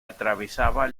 atravesaba